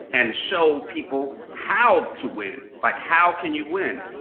and show people how to win. like, how can you win?